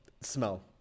smell